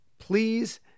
Please